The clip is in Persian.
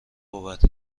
بابت